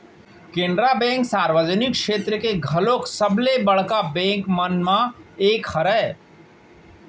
Canara bank सार्वजनिक छेत्र के घलोक सबले बड़का बेंक मन म एक हरय